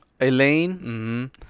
Elaine